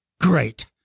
Great